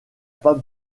pas